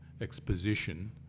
Exposition